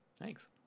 Thanks